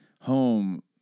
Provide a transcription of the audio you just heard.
Home